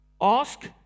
Ask